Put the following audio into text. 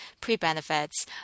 pre-benefits